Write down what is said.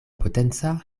potenca